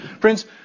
Friends